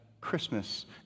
Christmas